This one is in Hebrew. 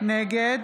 נגד